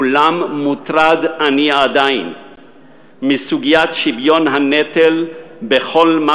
אולם מוטרד אני עדיין מסוגיית שוויון הנטל בכל מה